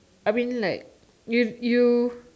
I mean like you you